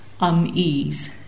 unease